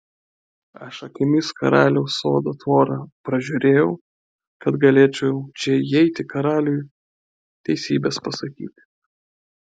aš akimis karaliaus sodo tvorą pražiūrėjau kad galėčiau čia įeiti karaliui teisybės pasakyti